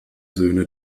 söhne